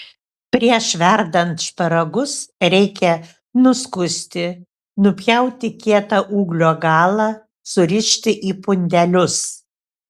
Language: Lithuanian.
prieš verdant šparagus reikia nuskusti nupjauti kietą ūglio galą surišti į pundelius